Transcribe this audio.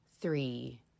three